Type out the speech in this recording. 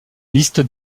liste